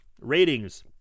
Ratings